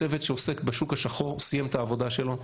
צוות שעוסק בשוק השחור סיים את העבודה שלו,